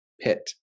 pit